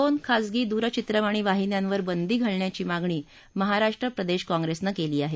दोन खाजगी दूरचित्रवाणी वाहिन्यांवर बंदी घालण्याची मागणी महाराष्ट्र प्रदेश काँग्रेसनं केली आहे